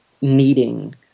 needing